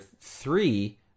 three